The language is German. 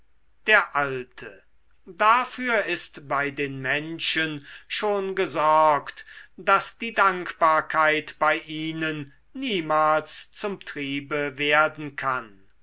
der alte dafür ist bei den menschen schon gesorgt daß die dankbarkeit bei ihnen niemals zum triebe werden kann